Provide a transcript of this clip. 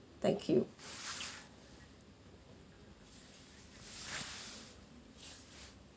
thank you